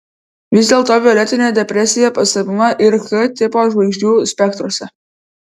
vis dėlto violetinė depresija pastebima ir ch tipo žvaigždžių spektruose